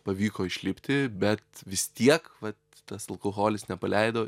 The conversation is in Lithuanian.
pavyko išlipti bet vis tiek vat tas alkoholis nepaleido